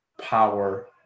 power